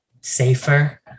safer